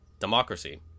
democracy